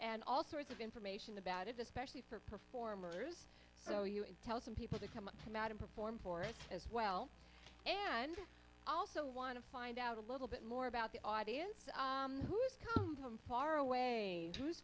and all sorts of information about it especially for performers so you tell some people to come now to perform for us as well and also want to find out a little bit more about the audience who's come from far away